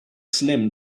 slim